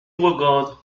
regarde